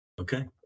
okay